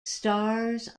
stars